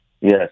Yes